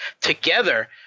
together